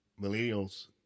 Millennials